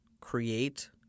Create